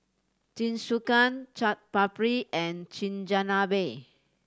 Jingisukan Chaat Papri and Chigenabe